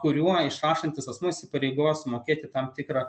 kuriuo išrašantis asmuo įsipareigos sumokėti tam tikrą